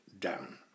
down